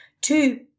Two